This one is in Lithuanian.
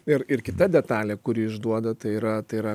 ir ir kita detalė kuri išduoda tai yra tai yra